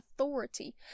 authority